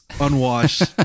unwashed